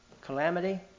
calamity